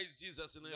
Jesus